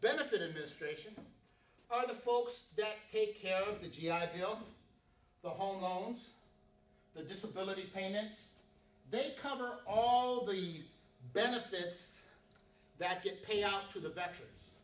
benefit and destruction of the folks that take care of the g i bill the home loans the disability payments they cover all the benefits that get paid out to the veteran